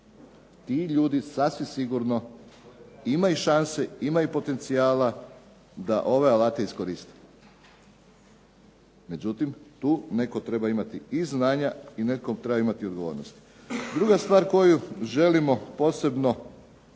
i ljudi sasvim sigurno imaju šanse, imaju potencijala da ove alate iskoriste. Međutim, tu netko treba imati i znanja i netko treba imati odgovornosti. Druga stvar koju želimo posebno